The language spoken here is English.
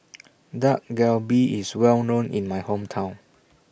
Dak Galbi IS Well known in My Hometown